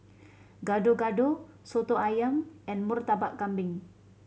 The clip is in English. Gado Gado Soto Ayam and Murtabak Kambing